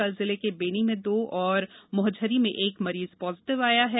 कल जिले के बेनी में दो और मोहझरी में एक मरीज पाजेटिव आया है